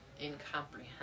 incomprehensible